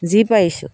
যি পাৰিছোঁ